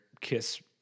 kiss